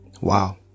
Wow